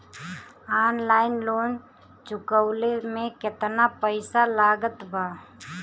Online loan चुकवले मे केतना पईसा लागत बा?